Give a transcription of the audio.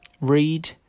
read